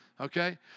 Okay